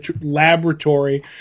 laboratory